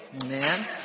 amen